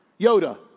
Yoda